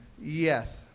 Yes